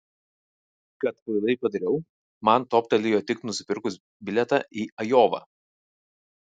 kad kvailai padariau man toptelėjo tik nusipirkus bilietą į ajovą